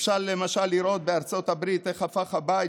אפשר למשל לראות בארצות הברית איך הפך הבית